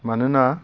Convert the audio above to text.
मानोना